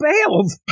bailed